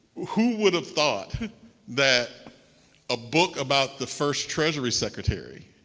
who would have thought that a book about the first treasury secretary